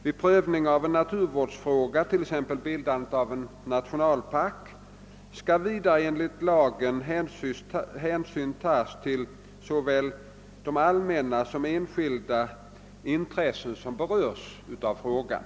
Vid prövning av en naturvårdsfråga -— t.ex. bildande av en nationalpark -— skall vidare enligt lagen hänsyn tas till såväl de allmänna som enskilda intressen som berörs av frågan.